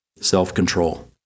self-control